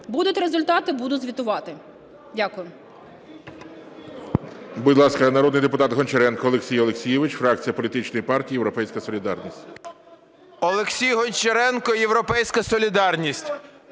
Будуть результати, буду звітувати. Дякую.